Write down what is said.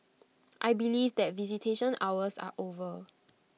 I believe that visitation hours are over